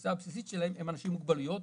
האוכלוסייה הבסיסית שבה הם אנשים עם מוגבלויות,